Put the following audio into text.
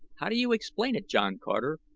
how do you explain it, john carter,